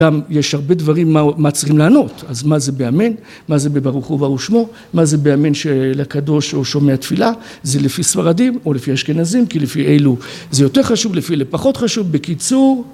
‫גם יש הרבה דברים ‫מה צריכים לענות. ‫אז מה, זה ב"אמן"? ‫מה, זה ב"ברוך הוא וברוך שמו"? ‫מה זה ב"אמן" של "הקדוש" ‫או "שומע תפילה"? ‫זה לפי ספרדים, או לפי אשכנזים? ‫כי לפי אלו זה יותר חשוב, ‫לפי אלה פחות חשוב. ‫בקיצור...